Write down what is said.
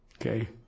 Okay